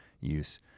use